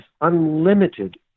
unlimited